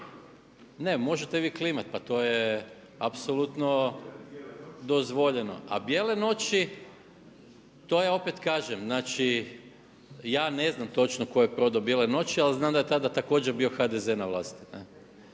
Ne možete vi klimat, pa to je apsolutno dozvoljeno. A bijele noći to je opet kažem, ja ne znam tko je prodao bijele noći ali znam da je tada također bio HDZ na vlasti.